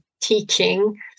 teaching